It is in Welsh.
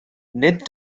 nid